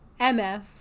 MF